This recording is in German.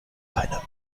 keiner